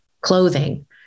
clothing